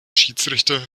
schiedsrichter